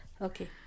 okay